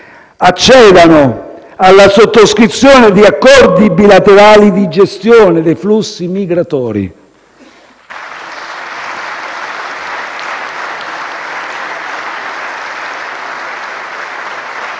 accedano alla sottoscrizione di accordi bilaterali di gestione dei flussi migratori.